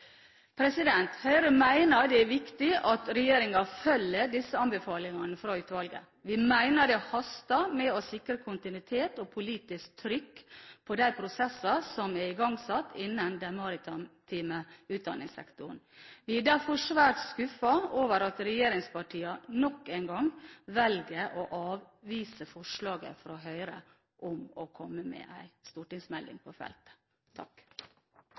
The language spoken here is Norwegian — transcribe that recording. Høyre mener det er viktig at regjeringen følger disse anbefalingene fra utvalget. Vi mener det haster med å sikre kontinuitet og politisk trykk på de prosesser som er igangsatt innen den maritime utdanningssektoren. Vi er derfor svært skuffet over at regjeringspartiene nok en gang velger å avvise forslaget fra Høyre om å komme med en stortingsmelding på feltet.